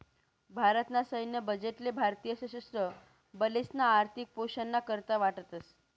भारत ना सैन्य बजेट ले भारतीय सशस्त्र बलेसना आर्थिक पोषण ना करता वाटतस